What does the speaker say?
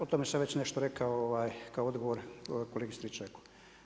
O tome sam već nešto rekao kao odgovor kolegi Stričaku.